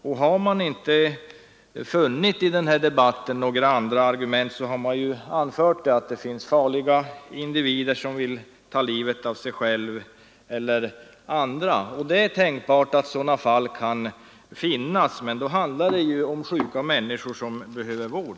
Har man i debatten inte kommit på några andra argument för isoleringsstraffets berättigande så har man anfört att det finns farliga individer som vill ta livet av sig själva eller av andra. Det är tänkbart att sådant förekommer, men då handlar det om sjuka människor som behöver vård.